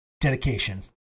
dedication